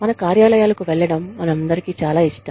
మన కార్యాలయాలకు వెళ్లడం మనందరికీ చాలా ఇష్టం